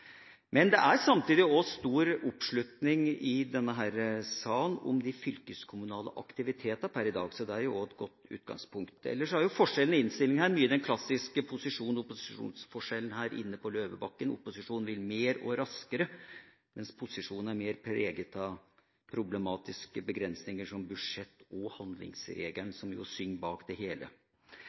Men samtidig er det per i dag i denne salen stor oppslutning om de fylkeskommunale aktivitetene. Det er jo et godt utgangspunkt. Ellers er forskjellene i innstillinga mye et uttrykk for den klassiske forskjellen mellom posisjon og opposisjon på Løvebakken: Opposisjonen vil mer og raskere, mens posisjonen er mer preget av «problematiske begrensninger» som budsjett og handlingsregelen, som synger bak det hele.